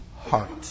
heart